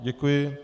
Děkuji.